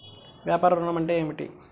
వ్యాపార ఋణం అంటే ఏమిటి?